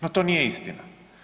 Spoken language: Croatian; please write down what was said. No to nije istina.